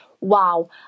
Wow